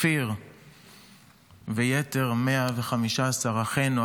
כפיר ויתר 115 אחינו,